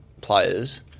players